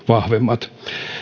vahvemmat